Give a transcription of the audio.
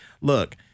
Look